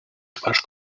twarz